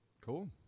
Cool